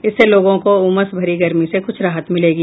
इससे लोगों को उमस भरी गर्मी से कुछ राहत मिलेगी